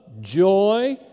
joy